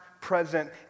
present